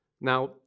Now